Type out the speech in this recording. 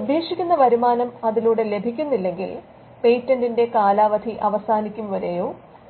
ഉദ്ദേശിക്കുന്ന വരുമാനം അതിലൂടെ ലഭിക്കുന്നില്ലെങ്കിൽ പേറ്റന്റിന്റെ കാലാവധി അവസാനിക്കുംവരെയോ